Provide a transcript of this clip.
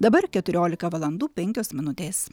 dabar keturiolika valandų penkios minutės